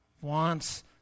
wants